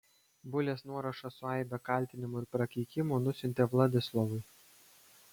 bulės nuorašą su aibe kaltinimų ir prakeikimų nusiuntė vladislovui